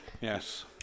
Yes